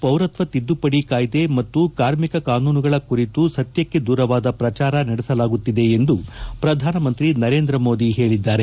ಪೌರತ್ವ ತಿದ್ದುಪಡಿ ಕಾಯ್ದೆ ಮತ್ತು ಕಾರ್ಮಿಕ ಕಾನೂನುಗಳ ಕುರಿತು ಸತ್ತಕ್ಕೆ ದೂರವಾದ ಪ್ರಜಾರ ನಡೆಸಲಾಗುತ್ತಿದೆ ಎಂದು ಪ್ರಧಾನಮಂತ್ರಿ ನರೇಂದ್ರಮೋದಿ ಹೇಳಿದ್ದಾರೆ